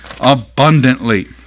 Abundantly